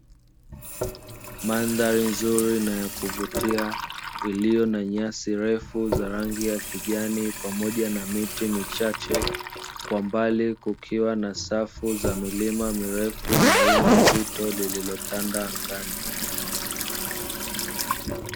Mandhali nzuri na ya kuvutia iliyo na nyasi ndefu za rangi ya kijani pamoja na miti michache kwa mbali kukiwa na safu za milima mirefu na wingu zito lililotanda angani.